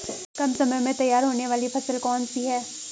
कम समय में तैयार होने वाली फसल कौन सी है?